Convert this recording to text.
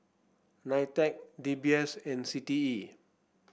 Nitec D B S and C T E